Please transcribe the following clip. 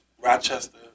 Rochester